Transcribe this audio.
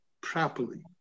properly